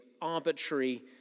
arbitrary